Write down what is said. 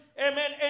Amen